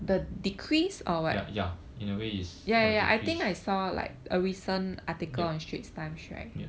ya ya in a way is a decrease yup yup